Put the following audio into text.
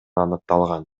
аныкталган